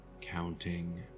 counting